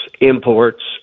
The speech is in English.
imports